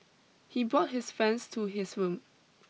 he brought his friends to his room